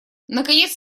наконец